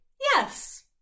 yes